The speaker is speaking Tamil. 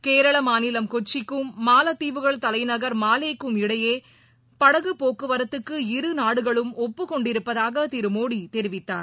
கேரளமாநிலம் கொச்சிக்கும் மாலத்தீவுகள் தலைநகர் மாலேக்கும் இடையேபடகுப் போக்குவரத்துக்கு இரு நாடுகளும் ஒப்புக்கொண்டிருப்பதாகதிருமோடிதெரிவித்தார்